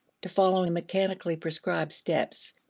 to following mechanically prescribed steps.